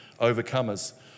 overcomers